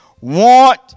want